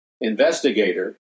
investigator